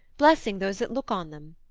blessing those that look on them.